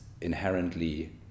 inherently